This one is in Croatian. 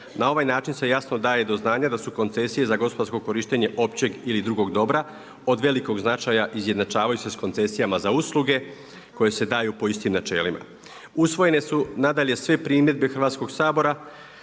Na ovaj način se jasno daje do znanja da su koncesije za gospodarsko korištenje općeg ili drugog dobra od velikog značaja i izjednačavaju se sa koncesijama za usluge koje se daju po istim načelima. Usvojene su nadalje sve primjedbe Hrvatskoga sabora